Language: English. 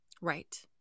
Right